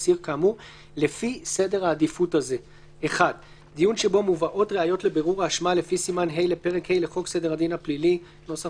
2. (א)בכל יום יובאו לבתי המשפט ולבתי הדין מספר